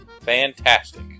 fantastic